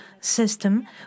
system